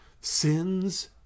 sins